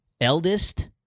eldest